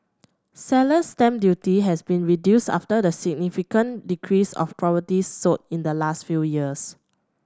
seller's stamp duty has been reduced after the significant decrease of properties sold in the last few years